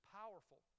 powerful